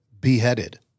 Beheaded